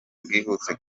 bwihuse